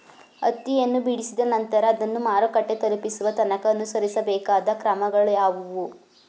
ಹತ್ತಿಯನ್ನು ಬಿಡಿಸಿದ ನಂತರ ಅದನ್ನು ಮಾರುಕಟ್ಟೆ ತಲುಪಿಸುವ ತನಕ ಅನುಸರಿಸಬೇಕಾದ ಕ್ರಮಗಳು ಯಾವುವು?